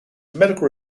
medical